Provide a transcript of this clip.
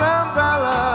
umbrella